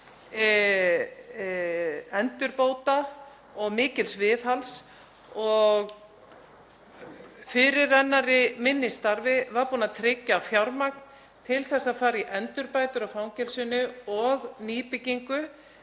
endurbóta og mikils viðhalds og fyrirrennari minn í starfi var búinn að tryggja fjármagn til að fara í endurbætur á fangelsinu og nýbyggingu.